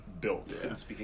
built